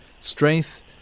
strength